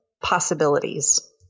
possibilities